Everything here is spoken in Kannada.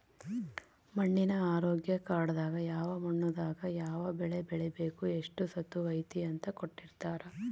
ಮಣ್ಣಿನ ಆರೋಗ್ಯ ಕಾರ್ಡ್ ದಾಗ ಯಾವ ಮಣ್ಣು ದಾಗ ಯಾವ ಬೆಳೆ ಬೆಳಿಬೆಕು ಎಷ್ಟು ಸತುವ್ ಐತಿ ಅಂತ ಕೋಟ್ಟಿರ್ತಾರಾ